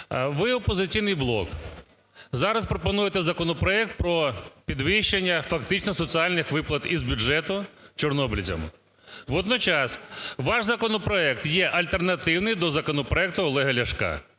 ви, "Опозиційний блок", зараз пропонуєте законопроект про підвищення фактично соціальних виплат із бюджету чорнобильцям. Водночас ваш закон є альтернативний до законопроекту Олега Ляшка.